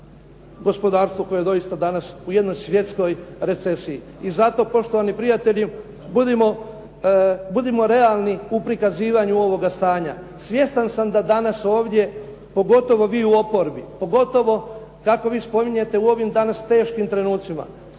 gospodarstvo koje je doista danas u jednoj svjetskoj recesiji. I zato, poštovani prijatelji, budimo realni u prikazivanju realnog stanja. Svjestan sam da danas ovdje, pogotovo vi u oporbi, pogotovo kako vi spominjete u ovim danas teškim trenucima,